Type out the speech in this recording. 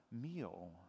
meal